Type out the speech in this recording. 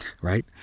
right